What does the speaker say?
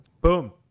Boom